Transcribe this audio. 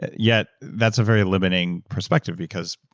yet that's a very limiting perspective because,